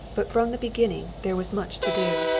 but from the beginning there was much to do.